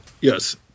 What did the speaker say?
Yes